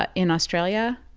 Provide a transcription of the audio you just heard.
but in australia?